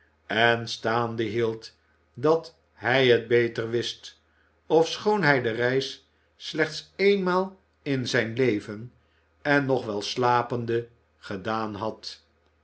staande hield dat hij het beter wist schoon hij de reis slechts eenmaal in zijn leven en nog wel slapende gedaan had